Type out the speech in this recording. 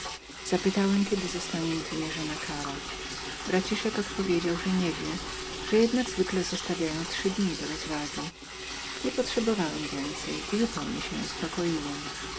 zapytałem kiedy chciano rozpocząć moją karę braciszek odpowiedział mi że nie wie że jednak zwykle zostawiano trzy dni do rozwagi nie potrzebowałem więcej i zupełnie się uspokoiłem